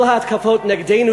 כל ההתקפות נגדנו,